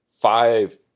five